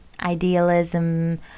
idealism